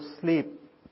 sleep